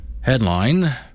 Headline